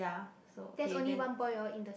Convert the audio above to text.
that's only one boy hor in the